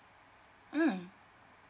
mm